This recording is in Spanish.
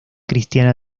cristiana